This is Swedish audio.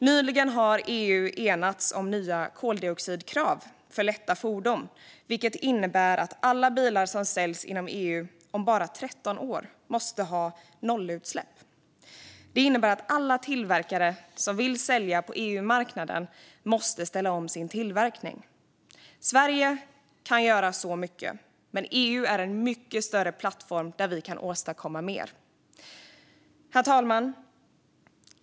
Nyligen har EU enats om nya koldioxidkrav för lätta fordon, vilket innebär att alla bilar som säljs inom EU om bara 13 år måste ha nollutsläpp. Det innebär att alla tillverkare som vill sälja på EU-marknaden måste ställa om sin tillverkning. Sverige kan göra mycket, men EU är en mycket större plattform där vi kan åstadkomma mer. Herr talman!